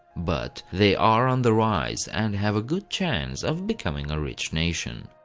but, they are on the rise and have a good chance of becoming a rich nation.